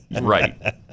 right